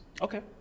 Okay